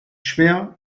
schwer